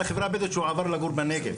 החברה הבדואית הייתה כשהוא עבר לגור בנגב.